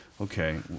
okay